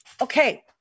Okay